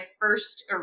first